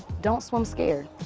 don't swim scared.